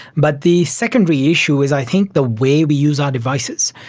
but the secondary issue is i think the way we use our devices,